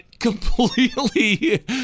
completely